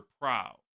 proud